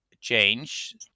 change